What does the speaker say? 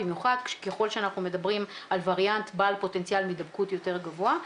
במיוחד ככל שאנחנו מדברים על ווריאנט בעל פוטנציאל מידבקות יותר גבוה,